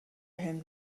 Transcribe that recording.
him